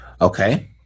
Okay